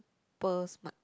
~per smart